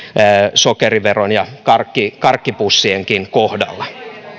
sokeriveron ja karkkipussienkin kohdalla